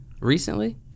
recently